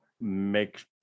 make